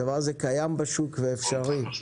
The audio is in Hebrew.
הדבר הזה קיים בשוק ואפשרי.